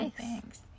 Thanks